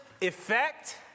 effect